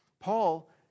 Paul